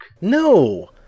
No